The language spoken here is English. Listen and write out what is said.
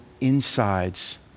insides